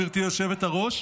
גברתי היושבת-ראש.